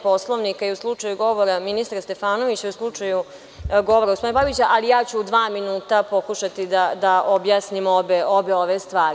Poslovnika i u slučaju govora ministra Stefanovića i u slučaju govora gospodina Babića, ali ja ću u dva minuta pokušati da objasnim obe ove stvari.